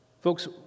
Folks